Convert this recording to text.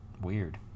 weird